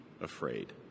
afraid